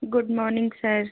good morning sir